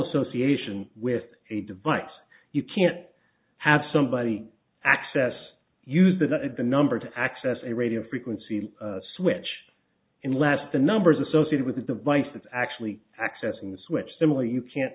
association with a device you can't have somebody access uses that is the number to access a radio frequency switch in last the numbers associated with the ones that actually accessing the switch similar you can't